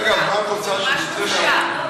רגע, אז מה את רוצה עכשיו, זה ממש בושה.